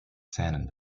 zähnen